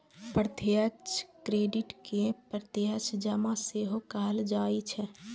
प्रत्यक्ष क्रेडिट कें प्रत्यक्ष जमा सेहो कहल जाइ छै